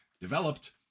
developed